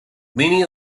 many